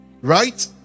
right